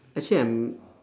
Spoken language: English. actually I'm